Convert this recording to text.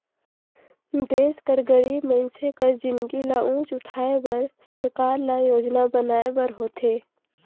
देस कर गरीब मइनसे कर जिनगी ल ऊंच उठाए बर सरकार ल योजना बनाए बर होथे